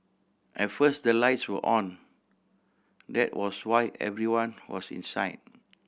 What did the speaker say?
at first the lights were on that was why everyone was inside